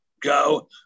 go